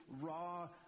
raw